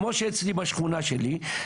כמו שאצלי בשכונה שלי קורה,